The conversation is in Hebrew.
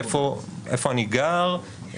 איפה אני גר,